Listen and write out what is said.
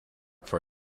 for